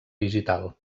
digital